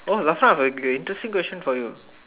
oh last one I have an interesting question for you